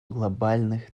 глобальных